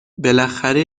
بالاخره